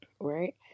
right